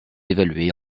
évalués